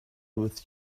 with